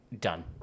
Done